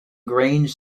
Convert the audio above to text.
grange